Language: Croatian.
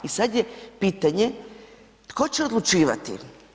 I sad je pitanje tko će odlučivati?